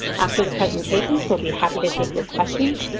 after the presentations, we'll be happy to take your questions.